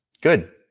Good